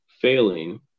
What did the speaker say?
failing